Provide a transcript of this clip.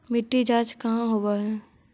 मिट्टी जाँच कहाँ होव है?